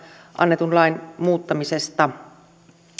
annetun lain muuttamisesta